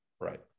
Right